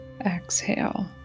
exhale